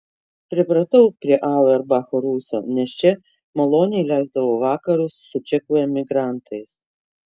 pripratau prie auerbacho rūsio nes čia maloniai leisdavau vakarus su čekų emigrantais